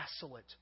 desolate